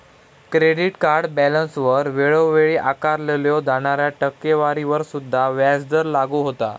credit card बॅलन्सवर वेळोवेळी आकारल्यो जाणाऱ्या टक्केवारीवर सुद्धा व्याजदर लागू होता